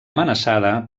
amenaçada